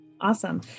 Awesome